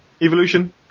Evolution